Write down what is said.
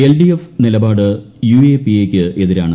LDF നിലപാട് യുഎപിഎക്ക് എതിരാണ്